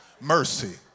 Mercy